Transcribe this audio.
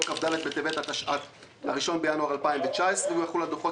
כ"ד בטבת התשע"ט (1 בינואר 2019). הוא יחול על דוחות